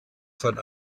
von